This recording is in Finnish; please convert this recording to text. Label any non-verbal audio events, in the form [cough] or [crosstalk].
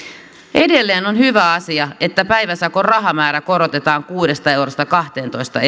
edelleen on hyvä asia että päiväsakon rahamäärä korotetaan kuudesta eurosta kahteentoista [unintelligible]